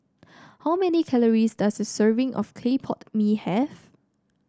how many calories does a serving of Clay Pot Mee have